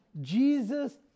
Jesus